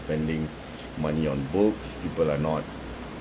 spending money on books people are not